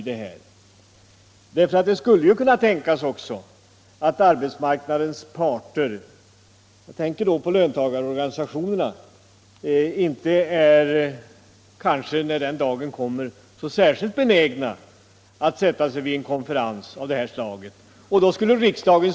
Det skulle ju kunna tänkas att t.ex. löntagarorganisationerna när den dagen kommer inte är så särskilt benägna att sätta sig ned vid en konferens av den art ni ivrar för.